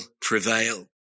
prevail